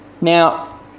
now